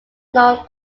known